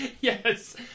Yes